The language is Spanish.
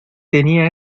tenía